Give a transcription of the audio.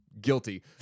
guilty